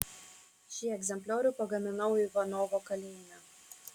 šį egzempliorių pagaminau ivanovo kalėjime